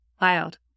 Wild